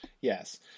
yes